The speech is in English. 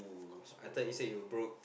of course bro